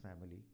family